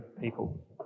people